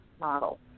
model